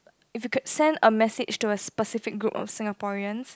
if you could send a message to a specific group of Singaporeans